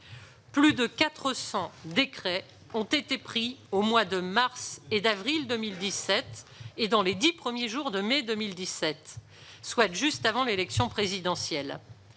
plus de 400 décrets ont été pris aux mois de mars et d'avril 2017 et dans les dix premiers jours de mai 2017, soit juste avant l'élection présidentielle.